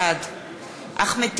בעד אחמד טיבי,